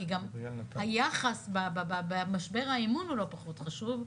כי גם היחס במשבר האמון הוא לא פחות חשוב.